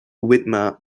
widmer